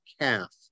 calf